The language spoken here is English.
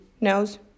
nose